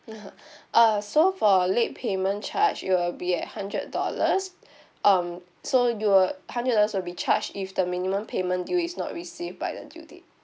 uh so for late payment charge it'll be at hundred dollars um so you will hundred dollars will be charged if the minimum payment due is not received by the due date